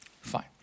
Fine